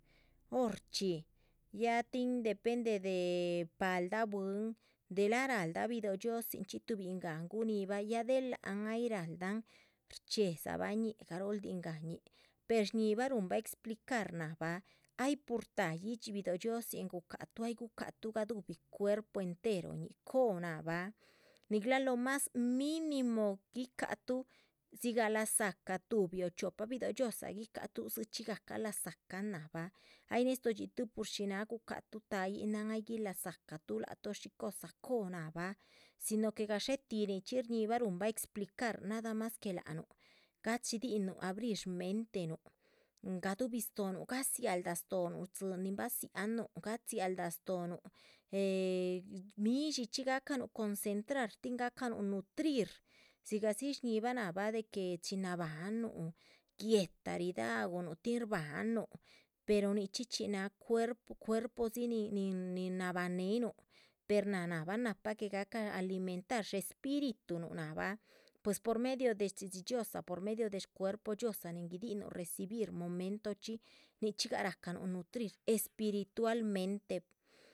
Horchxí ya depende de paldah bwín delah rahaldah bido´h dhxiózin chxí tuhubin gahan gunihibah ya del láhan ay rahaldahn rchxíedzabah ñíh, garoldihn gah ñih. per shñíhibah ruhunabah explicar nahabah ay pur táhayi dxí bido´h dhxiózin guhcahatuh ay guhucatuh gaduhibi cuerpo enteroñih co´ nahabah nigal lo más mínimo. guicahatuh dzigah dziga lazáca tuhbi o chiopa bido´h dhxiózaa guicahatuh dzichxí gahca lazácan náhabah ay nestoho dxítuh shi náha gucahatuh ta´yihn na´han. ay gui lazácah tuh lac tuh shí cosa co´nahbah si no que gadxetih nichxí shñihibah ruhunbah expliar nada mas que lac nuh gachidihinuh abrir shmentenuh gaduhubih stóhonuh. gadzialdah stóhonuh tzín nin badziahan núh gadzialdah stóhonuh ehh midshí chxí gahcanuh concentrar tin gahcanuh nutrir dzigah dzi shñíhibah nahabah de que chin nabahnnuh. guéhta ridaúnuh tin rbahanuh pero nichxí chxí náha cuerpo cuerpodzi ni níhin nabáhan néenuh per náh náhabah nahpah que gahca alimentar spiritunuh nahbah pues. por medio deshchxídhxi dhxiózaa, por medio de shcuerpo dhxiózaa nin guidihinuh recibir momentochxí nichxí gah rahcanuh nutrir espirutualmente